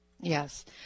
Yes